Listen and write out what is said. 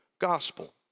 gospel